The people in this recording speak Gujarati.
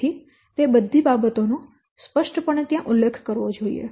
તેથી તે બધી બાબતો નો સ્પષ્ટપણે ત્યાં ઉલ્લેખ કરવો જોઈએ